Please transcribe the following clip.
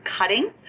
cutting